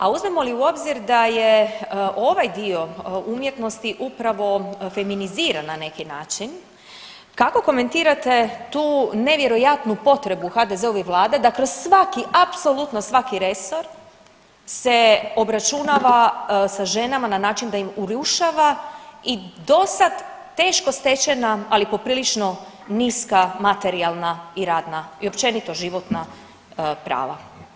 A uzmemo li u obzir da je ovaj dio umjetnosti upravo feminiziran na neki način kako komentirate tu nevjerojatnu potrebu HDZ-ove vlade da kroz svaki, apsolutno svaki resor se obračunava sa ženama na način da im urušava i do sad teško stečena ali poprilično niska materijalna i radna i općenito životna prava.